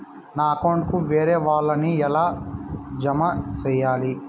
నా అకౌంట్ కు వేరే వాళ్ళ ని ఎలా జామ సేయాలి?